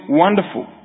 wonderful